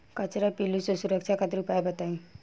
कजरा पिल्लू से सुरक्षा खातिर उपाय बताई?